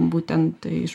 būtent iš